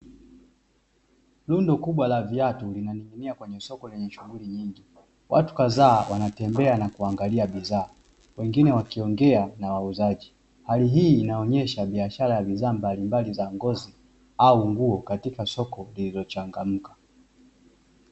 Rundo kubwa la viatu linaning'inia kwenye soko lenye shughuli nyingi. Watu kadhaa wanatembea na kuangalia bidhaa wengine wakiongea na wauzaji. Hali hii inaonesha biashara ya bidhaa mbalimbali za ngozi au nguo katika soko lililochangamka.